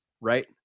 right